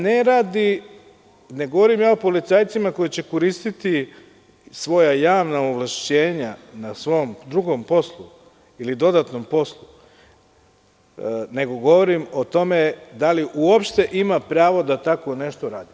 Ne govorim o policajcima koji će koristiti svoja javna ovlašćenja na svom drugom poslu ili dodatnom poslu, nego govorim o tome da li uopšte ima pravo da tako nešto radi.